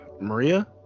Maria